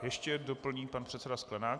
Ještě doplní pan předseda Sklenák.